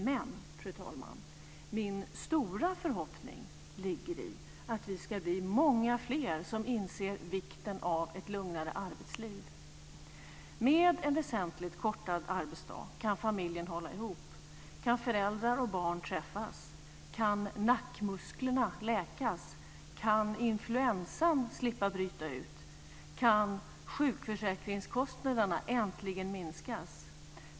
Men, fru talman, min stora förhoppning ligger i att vi ska bli många fler som inser vikten av ett lugnare arbetsliv. Med en väsentligt kortad arbetsdag kan familjen hålla ihop, kan föräldrar och barn träffas, kan nackmusklerna läkas, kan influensan slippa bryta ut, kan sjukförsäkringskostnaderna äntligen minskas.